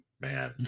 Man